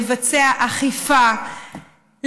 לבצע אכיפה,